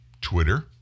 Twitter